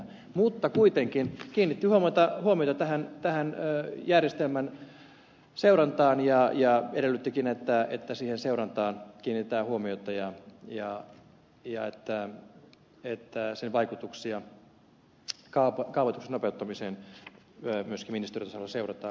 valiokunta kuitenkin kiinnitti huomiota tähän järjestelmän seurantaan ja edellyttikin että seurantaan kiinnitetään huomiota ja että sen vaikutuksia kaavoituksen nopeuttamiseen myöskin ministeriötasolla seurataan